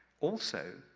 also,